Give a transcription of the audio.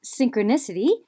synchronicity